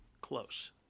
close